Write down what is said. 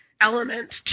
element